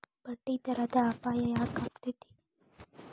ಬಡ್ಡಿದರದ್ ಅಪಾಯ ಯಾಕಾಕ್ಕೇತಿ?